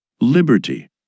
Liberty